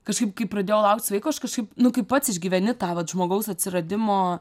kažkaip kai pradėjau lauktis vaiko aš kažkaip nu kai pats išgyveni tą vat žmogaus atsiradimo